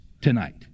tonight